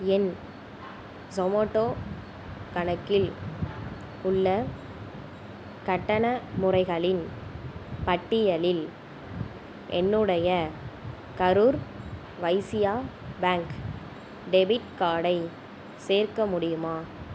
என் சொமோட்டோ கணக்கில் உள்ள கட்டண முறைகளின் பட்டியலில் என்னுடைய கரூர் வைஸ்யா பேங்க் டெபிட் கார்டை சேர்க்க முடியுமா